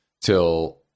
till